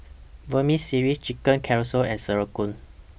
Vermicelli Chicken Casserole and Sauerkraut